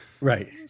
right